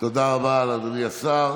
תודה רבה לאדוני השר.